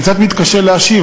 אני קצת מתקשה להשיב.